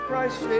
Christ